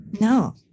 No